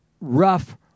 rough